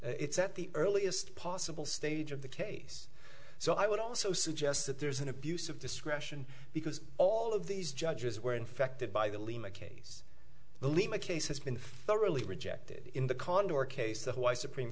it's at the earliest possible stage of the case so i would also suggest that there's an abuse of discretion because all of these judges were infected by the lima case believe my case has been thoroughly rejected in the contour case the why supreme